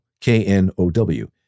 K-N-O-W